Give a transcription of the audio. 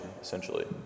essentially